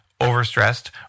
overstressed